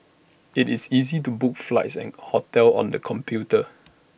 IT is easy to book flights and hotels on the computer